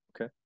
Okay